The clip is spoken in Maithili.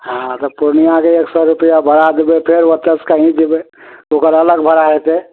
हँ हँ तऽ पूर्णियाँके एक सए रुपैआ भाड़ा देबै फेर ओत्तऽसँ कहीँ जेबै तऽ ओकर अलग भाड़ा होयतै